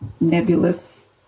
nebulous